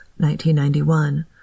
1991